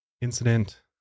incident